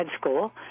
school